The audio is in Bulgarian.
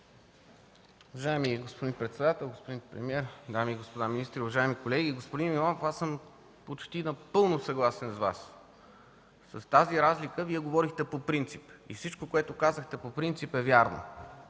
Уважаеми господин председател, господин премиер, дами и господа министри, уважаеми колеги! Господин Имамов, аз съм почти напълно съгласен с Вас, Вие говорихте по принцип и всичко, което казахте по принцип, е вярно.